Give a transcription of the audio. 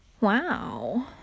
wow